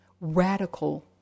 radical